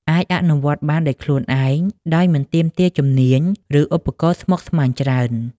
អាចអនុវត្តបានដោយខ្លួនឯង ដោយមិនទាមទារជំនាញ ឬឧបករណ៍ស្មុគស្មាញច្រើន។